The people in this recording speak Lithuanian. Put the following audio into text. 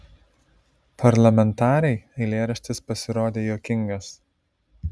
parlamentarei eilėraštis pasirodė juokingas